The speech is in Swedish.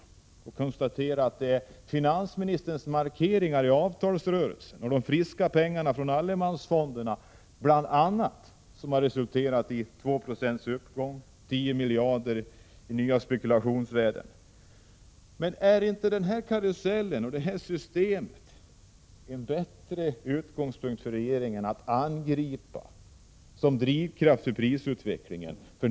Vi kan konstatera att det bl.a. är finansministerns markeringar i avtalsrörelsen och de friska pengarna från allemansfonderna som resulterat i en uppgång på 2 96 och tio miljarder i nya spekulationsvärden. Borde inte denna karusell och detta system vara en bättre utgångspunkt för regeringen att angripa prisutvecklingen?